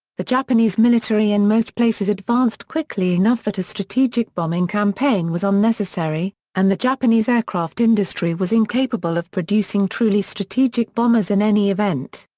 the japanese military in most places advanced quickly enough that a strategic bombing campaign was unnecessary, and the japanese aircraft industry was incapable of producing truly strategic bombers in any event.